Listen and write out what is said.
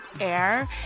air